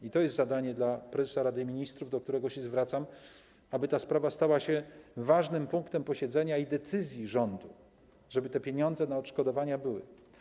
I to jest zadanie dla prezesa Rady Ministrów, do którego się zwracam, aby ta sprawa stała się ważnym punktem posiedzenia i decyzji rządu, żeby te pieniądze na odszkodowania były.